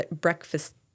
breakfast